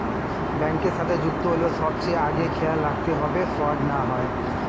ব্যাংকের সাথে যুক্ত হল সবচেয়ে আগে খেয়াল রাখবে যাতে ফ্রড না হয়